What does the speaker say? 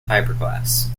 fiberglass